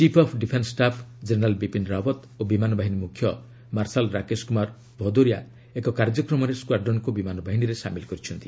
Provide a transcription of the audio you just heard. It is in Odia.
chief of defence staff general Bipin Rawat ଓ ବିମାନ ବାହିନୀ ମୁଖ୍ୟ ମାର୍ଶାଲ ରାକେଶ କୁମାର ଭଦୋରିଆ ଏକ କାର୍ଯ୍ୟକ୍ରମରେ ସ୍କ୍ୱାର୍ଡନକୁ ବିମାନବାହିନୀରେ ସାମିଲ କରିଛନ୍ତି